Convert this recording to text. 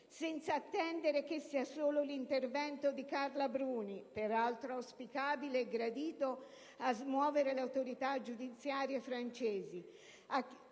senza attendere che sia solo un intervento di Carla Bruni - peraltro auspicabile e gradito - a smuovere le autorità giudiziarie francesi.